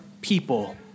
people